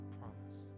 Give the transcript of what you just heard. promise